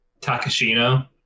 Takashino